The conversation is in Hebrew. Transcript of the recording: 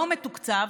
לא מתוקצב.